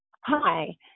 Hi